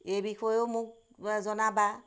এই বিষয়েও মোক জনাবা